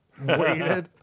waited